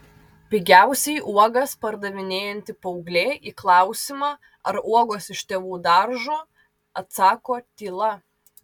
pigiausiai uogas pardavinėjanti paauglė į klausimą ar uogos iš tėvų daržo atsako tyla